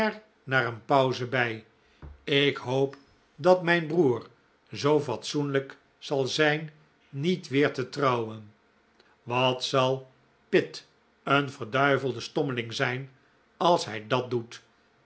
na een pauze bij ik hoop dat mijn broer zoo fatsoenlijk zal zijn niet weer te trouwen wat zal pitt een verduivelde stommeling zijn als hij dat doet